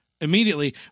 immediately